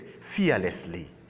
fearlessly